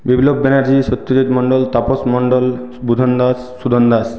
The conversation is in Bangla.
বিপ্লব ব্যানার্জী সত্যজিৎ মণ্ডল তাপস মণ্ডল বুধন দাস সুদন দাস